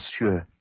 monsieur